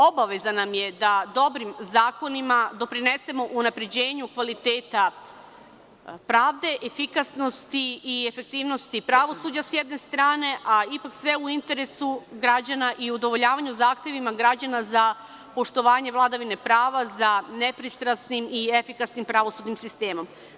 Obaveza nam je da dobrim zakonima doprinesemo unapređenju kvaliteta pravde, efikasnosti i efektivnosti pravosuđa, s jedne strane, a ipak sve u interesu građana i udovoljavanju zahtevima građana za poštovanje vladavine prava, za nepristrasnim i efikasnim pravosudnim sistemom.